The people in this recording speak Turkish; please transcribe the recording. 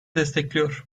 destekliyor